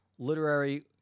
Literary